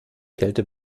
kälte